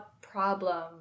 problem